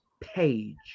page